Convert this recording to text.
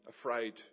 afraid